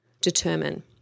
determine